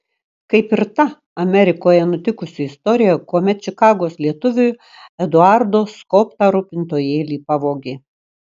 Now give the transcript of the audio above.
kaip ir ta amerikoje nutikusi istorija kuomet čikagos lietuviui eduardo skobtą rūpintojėlį pavogė